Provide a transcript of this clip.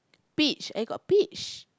peach I got peach